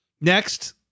Next